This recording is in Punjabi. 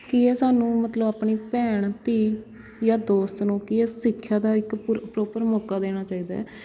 ਕੀ ਹੈ ਸਾਨੂੰ ਮਤਲਬ ਆਪਣੀ ਭੈਣ ਧੀ ਜਾਂ ਦੋਸਤ ਨੂੰ ਕੀ ਆ ਸਿੱਖਿਆ ਦਾ ਇੱਕ ਪਰੋ ਪਰੋਪਰ ਮੋਕਾ ਦੇਣਾ ਚਾਹੀਦਾ ਹੈ